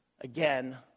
Again